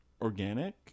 organic